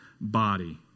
body